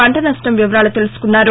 పంట నష్టం వివరాలు తెలుసుకున్నారు